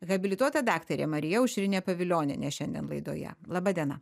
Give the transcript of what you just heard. habilituota daktarė marija aušrinė pavilionienė šiandien laidoje laba diena